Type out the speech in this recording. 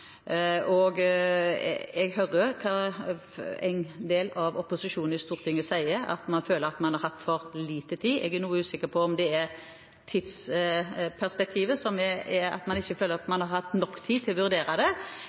lovforslag. Jeg hører hva en del av opposisjonen i Stortinget sier, at man føler man har hatt for lite tid. Jeg er usikker på om det er tidsperspektivet, at man føler at man ikke har hatt nok tid til å vurdere det,